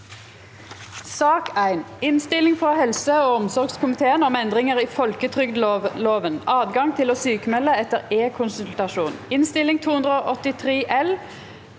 2023 Innstilling fra helse- og omsorgskomiteen om Endringer i folketrygdloven (adgang til å sykmelde etter ekonsultasjon) (Innst. 283